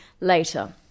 later